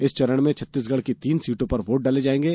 इस चरण में छत्तीसगढ़ की तीन सीटों पर वोट डाले जाएँगे